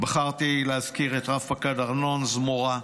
בחרתי להזכיר את רב-פקד ארנון זמורה,